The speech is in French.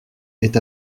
est